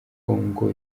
bongo